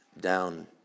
down